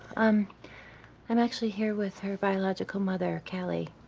i'm and actually here with her biological mother, callie.